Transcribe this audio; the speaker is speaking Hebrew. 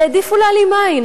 העדיפו להעלים עין,